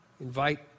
invite